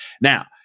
Now